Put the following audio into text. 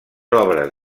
obres